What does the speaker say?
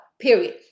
period